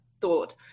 thought